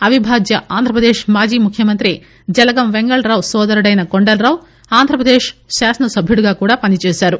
అవిభాజ్య ఆంధ్రప్రదేశ్ ముఖ్యమంత్రి జలగం పెంగళరావు నోదరుడైన కొండలరావు ఆంధ్రప్రదేశ్ శాసనసభ్యుడిగా కూడా పని చేశారు